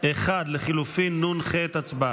1 לחלופין נ"ח.